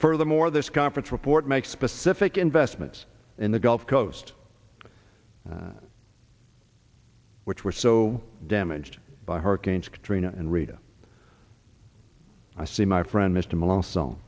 furthermore this conference report makes specific investments in the gulf coast which were so damaged by hurricanes katrina and rita i see my friend mr malone so